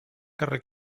carrer